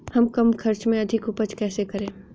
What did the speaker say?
हम कम खर्च में अधिक उपज कैसे करें?